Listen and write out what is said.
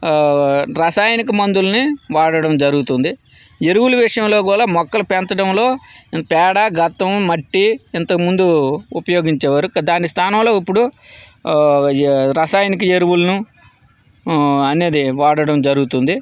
ఆ రసాయనికి మందులని వాడడం జరుగుతుంది ఎరువులు విషయంలో కూడా మొక్కలు పెంచడంలో పేడా గత్తం మట్టి ఇంతకు ముందు ఉపయోగించే వారు దాని స్థానంలో ఇప్పుడు రసాయనిక ఎరువులు అనేది వాడడం జరుగుతుంది